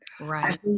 Right